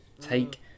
take